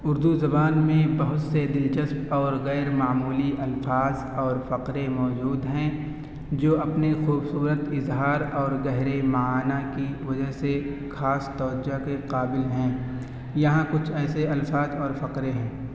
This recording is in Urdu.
اردو زبان میں بہت سے دلچسپ اور غیرمعمولی الفاظ اور فقرے موجود ہیں جو اپنی خوبصورت اظہار اور گہرے معانیٰ کی وجہ سے خاص توجہ کے قابل ہیں یہاں کچھ ایسے الفاظ اور فقرے ہیں